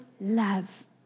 love